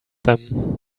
them